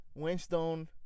Winstone